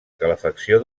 calefacció